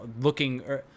looking